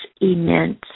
immense